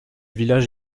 village